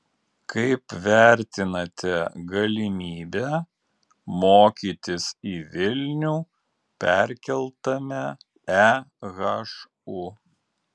kaip vertinate galimybę mokytis į vilnių perkeltame ehu